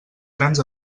grans